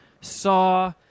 Saw